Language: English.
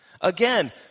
Again